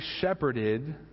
shepherded